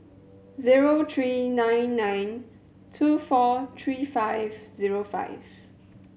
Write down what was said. zero three nine nine two four three five zero five